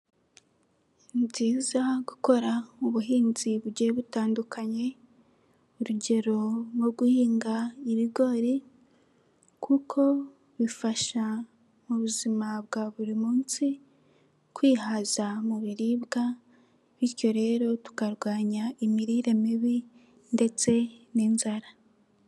Ni byiza gukora ubuhinzi bugiye butandukanye, urugero nko guhinga ibigori kuko bifasha mu buzima bwa buri munsi kwihaza mu biribwa bityo rero tukarwanya imirire mibi ndetse n'inzara.